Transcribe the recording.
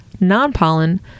non-pollen